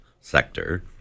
sector